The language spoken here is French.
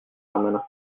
darmanin